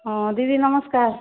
ହଁ ଦିଦି ନମସ୍କାର୍